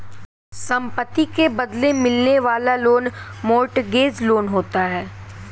संपत्ति के बदले मिलने वाला लोन मोर्टगेज लोन होता है